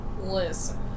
listen